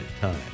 Time